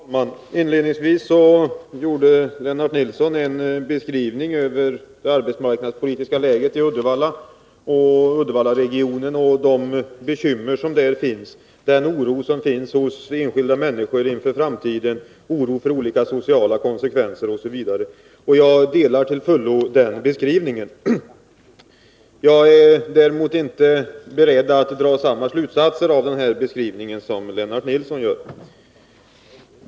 Herr talman! Inledningsvis gjorde Lennart Nilsson en beskrivning av det arbetsmarknadspolitiska läget i Uddevallaregionen och den oro som där finns hos enskilda människor inför framtiden när det gäller olika sociala konsekvenser osv. Jag instämmer till fullo i den beskrivningen. Däremot är jag inte beredd att dra samma slutsatser av den här beskrivningen som Lennart Nilsson gör.